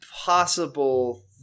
possible